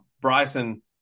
Bryson